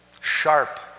Sharp